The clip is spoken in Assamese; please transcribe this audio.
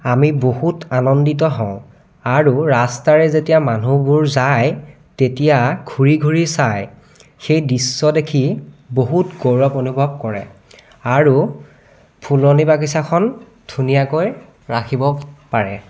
আমি বহুত আনন্দিত হওঁ আৰু ৰাস্তাৰে যেতিয়া মানুহবোৰ যায় তেতিয়া ঘূৰি ঘূৰি চায় সেই দৃশ্য দেখি বহুত গৌৰৱ অনুভৱ কৰে আৰু ফুলনি বাগিচাখন ধুনীয়াকৈ ৰাখিব পাৰে